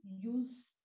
use